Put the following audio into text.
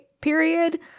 period